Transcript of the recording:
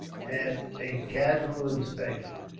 at a casual inspection.